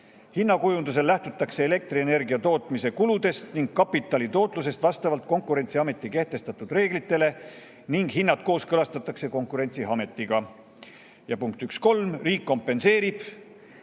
Hinnakujundusel lähtutakse elektrienergia tootmise kuludest ning kapitali tootlusest vastavalt Konkurentsiameti kehtestatud reeglitele ning hinnad kooskõlastatakse Konkurentsiametiga. Ja punkt 1.3. Riik kompenseerib